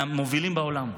מהמובילות בעולם.